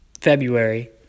February